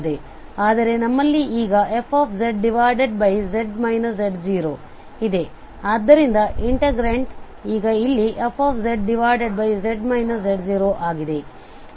ಆದರೆ ನಮ್ಮಲ್ಲಿ ಈಗ fz z0 ಇದೆ ಆದ್ದರಿಂದ ಇಂಟಿಗ್ರೇಂಟ್ ಈಗ ಇಲ್ಲಿ fz z0 ಆಗಿದೆ